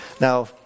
Now